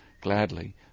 gladly